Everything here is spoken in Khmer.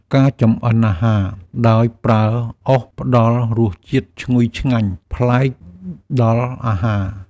ការចម្អិនអាហារដោយប្រើអុសផ្ដល់រសជាតិឈ្ងុយឆ្ងាញ់ប្លែកដល់អាហារ។